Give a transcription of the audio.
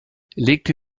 legte